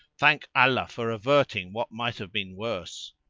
thank allah for averting what might have been worse!